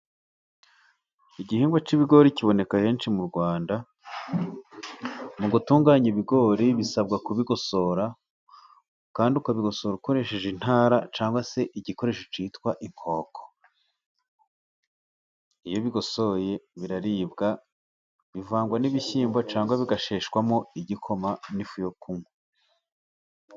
Igihingwa cy'ibigori kiboneka henshi mu Rwanda. Mu gutunganya ibigori bisabwa kubigosora kandi ukabigosora ukoresheje intara, cyangwa se igikoresho cyitwa inkoko. Iyo bigosoye biraribwa, bivangwa n'ibishyimbo, bigasheshwamo igikoma n'ifu yo kunywa.